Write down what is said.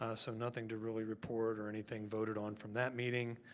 ah so, nothing to really report, or anything voted on from that meeting.